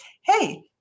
hey